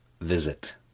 visit